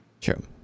True